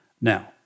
Now